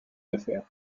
affaire